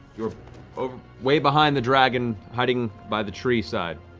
you're um way behind the dragon, hiding by the treeside.